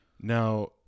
now